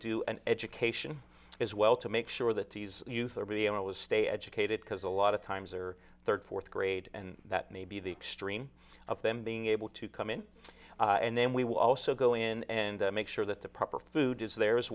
do an education as well to make sure that these youth are be able to stay educated because a lot of times are third fourth grade and that may be the extreme of them being able to come in and then we will also go in and make sure that the proper food is there as